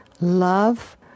Love